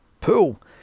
pool